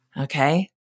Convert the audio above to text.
okay